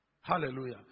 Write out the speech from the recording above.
hallelujah